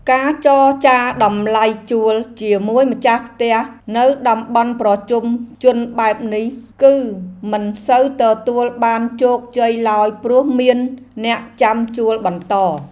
ការចរចាតម្លៃជួលជាមួយម្ចាស់ផ្ទះនៅតំបន់ប្រជុំជនបែបនេះ គឺមិនសូវទទួលបានជោគជ័យឡើយព្រោះមានអ្នកចាំជួលបន្ត។